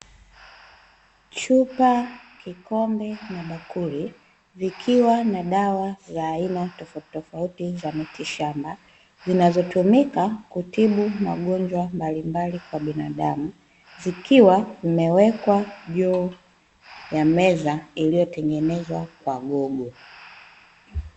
Chupa, kikombe, na bakuli vikiwa na dawa za aina tofauti tofauti za mitishamba, zinazotumika kutibu magonjwa mbalimbali kwa binadamu, zikiwa zimewekwa juu ya meza iliyotengenezwa kwa gogo.